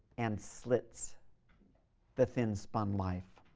and slits the thin-spun life.